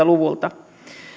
luvulta